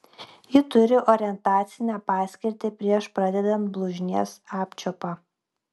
ji turi orientacinę paskirtį prieš pradedant blužnies apčiuopą